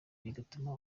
bigatuma